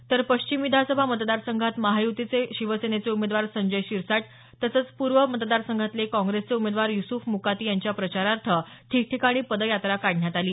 तर पश्चिम विधानसभा मतदार संघात महायुतीचे शिवसेनेचे उमेदवार संजय शिरसाट तसंच पूर्व मतदारसंघातले काँग्रेसचे उमेदवार युसुफ मुकाती यांच्या प्रचारार्थ ठिकठिकाणी पदयात्रा काढण्यात आली